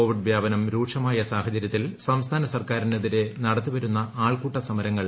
Covid വ്യാപനം രൂക്ഷമായ സാഹചരൃത്തിൽ സംസ്ഥാന സർക്കാരിനെതിരെ നടത്തി വന്നിരുന്ന ആൾക്കൂട്ട സമരങ്ങൾ യു